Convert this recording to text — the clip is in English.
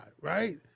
right